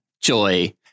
Joy